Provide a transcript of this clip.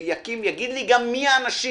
שיגיד לי גם מי האנשים